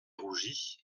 rougi